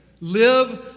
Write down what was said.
Live